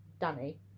Danny